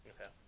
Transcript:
Okay